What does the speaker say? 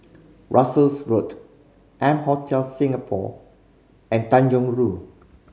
Russels Road M Hotel Singapore and Tanjong Rhu